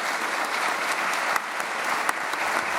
(מחיאות כפיים)